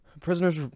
prisoners